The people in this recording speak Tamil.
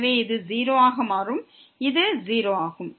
எனவே இது 0 ஆக மாறும் இது 0 ஆகும்